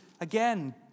again